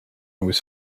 was